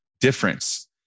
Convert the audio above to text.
difference